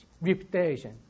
reputation